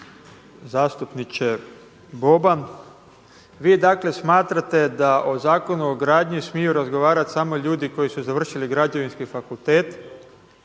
Zastupniče Boban, vi dakle smatrate da o Zakonu o gradnji smiju razgovarati samo ljudi koji su završili Građevinski fakultet.